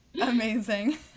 Amazing